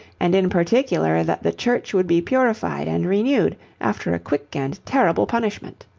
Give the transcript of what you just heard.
and in particular that the church would be purified and renewed after a quick and terrible punishment.